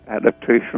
adaptation